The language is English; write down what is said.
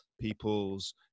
people's